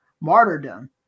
martyrdom